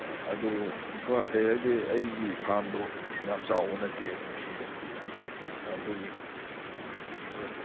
ꯑꯗꯨ ꯅꯤꯐꯨ ꯌꯥꯡꯈꯩ ꯍꯥꯏꯗꯤ ꯑꯩꯒꯤ ꯐꯥꯝꯗꯣ ꯌꯥꯝ ꯆꯥꯎꯕ ꯅꯠꯇꯦ ꯄꯨꯈ꯭ꯔꯤꯗꯣ ꯑꯗꯨꯒꯤꯅꯤ